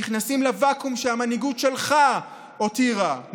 נכנסים לוואקום שהמנהיגות שלך הותירה,